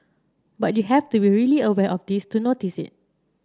but you have to be really aware of this to notice it